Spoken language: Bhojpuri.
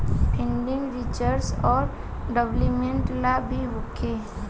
फंडिंग रिसर्च औरी डेवलपमेंट ला भी होखेला